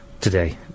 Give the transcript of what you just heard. today